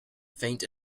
faint